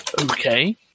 Okay